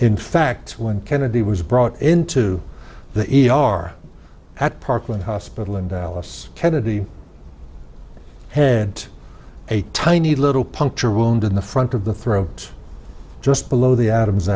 in fact when kennedy was brought into the e r at parkland hospital in dallas kennedy had a tiny little puncture wound in the front of the throat just below the adam